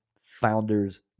Founders